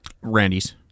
Randy's